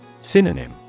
Synonym